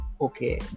Okay